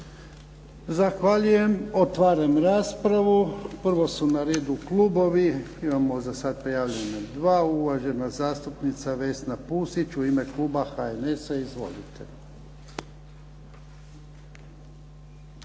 Zahvaljujem. Otvaram raspravu. Prvo su na redu klubovi. Imamo za sad prijavljena 2. Uvažena zastupnica Vesna Pusić u ime kluba HNS-a. Izvolite.